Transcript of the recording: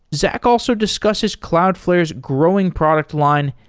zack also discusses cloudflare's growing product line,